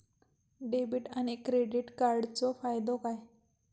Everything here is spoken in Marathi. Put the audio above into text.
डेबिट आणि क्रेडिट कार्डचो फायदो काय?